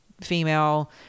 female